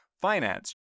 finance